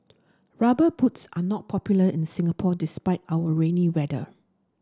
rubber boots are not popular in Singapore despite our rainy weather